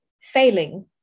failing